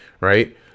Right